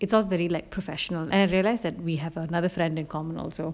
it's all very like professional and I realize that we have another friend in common also